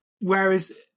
Whereas